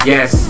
Yes